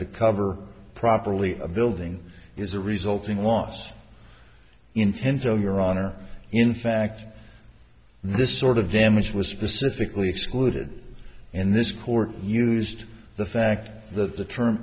to cover properly a building is a resulting loss intent on your honor in fact this sort of damage was specifically excluded in this court used the fact that the term